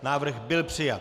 Návrh byl přijat.